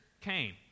came